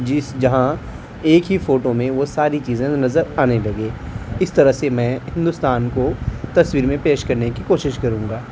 جس جہاں ایک ہی فوٹو میں وہ ساری چیزیں نظر آنے لگے اس طرح سے میں ہندوستان کو تصویر میں پیش کرنے کی کوشش کروں گا